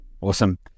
Awesome